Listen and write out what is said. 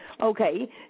Okay